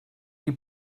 qui